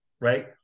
Right